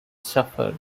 suffer